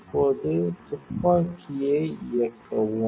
இப்போது துப்பாக்கியை இயக்கவும்